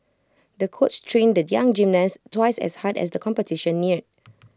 the coach trained the young gymnast twice as hard as the competition neared